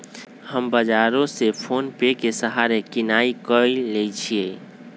हम बजारो से फोनेपे के सहारे किनाई क लेईछियइ